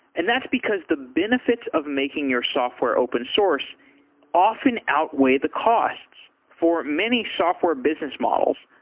and that's because the benefits of making your software open source often outweigh the costs. for many software business models,